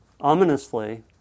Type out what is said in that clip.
ominously